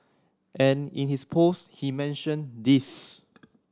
and in his post he mentioned this